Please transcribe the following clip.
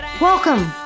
Welcome